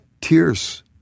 tears